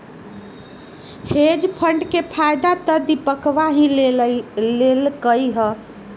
hedge fund के फायदा तो दीपकवा ही लेल कई है